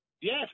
Yes